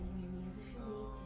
your knees if you